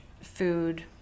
food